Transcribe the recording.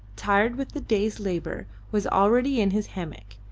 tired with the day's labour, was already in his hammock.